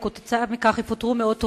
וכתוצאה מכך יפוטרו מאות עובדים.